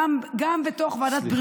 גם בתוך ועדת בריאות,